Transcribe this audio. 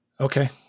Okay